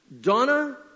Donna